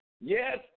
Yes